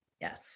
Yes